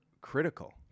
critical